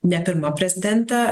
ne pirma prezidentė